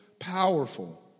powerful